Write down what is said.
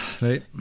Right